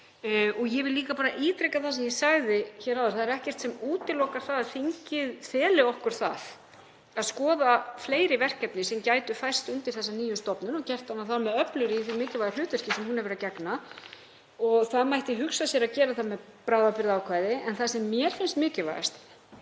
Ég vil líka ítreka það sem ég sagði hér áðan: Það er ekkert sem útilokar að þingið feli okkur það að skoða fleiri verkefni sem gætu færst undir þessa nýju stofnun og gert hana þar með öflugri í því mikilvæga hlutverki sem hún hefur að gegna. Það mætti hugsa sér að gera það með bráðabirgðaákvæði. En það sem mér finnst mikilvægast